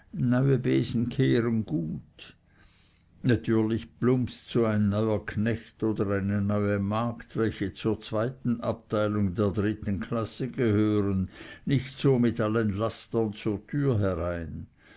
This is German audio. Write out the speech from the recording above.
gut natürlich plumpst so ein neuer knecht oder eine neue magd welche zur zweiten abteilung der dritten klasse gehören nicht so mit allen lastern zur türe herein